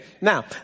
Now